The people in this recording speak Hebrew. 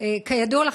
כידוע לך,